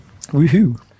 Woohoo